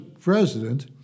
president